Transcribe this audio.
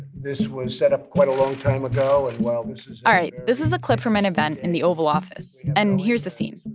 this was set up quite a long time ago, and while this is. all right. this is a clip from an event in the oval office. and here's the scene.